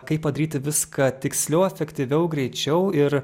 kaip padaryti viską tiksliau efektyviau greičiau ir